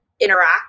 interact